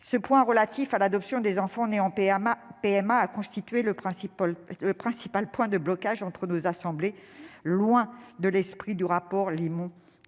ce point relatif à l'adoption des enfants nés d'une PMA a constitué le principal point de blocage entre nos assemblées, loin de l'esprit du rapport Limon-Imbert.